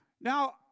Now